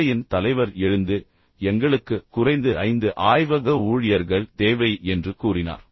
துறையின் தலைவர் எழுந்து எங்களுக்கு குறைந்தது ஐந்து ஆய்வக ஊழியர்கள் தேவை என்று கூறினார்